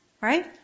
right